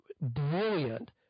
brilliant